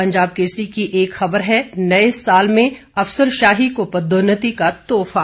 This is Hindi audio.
पंजाब केसरी की एक खबर है नए साल में अफसरशाही को पदोन्नति का तोहफा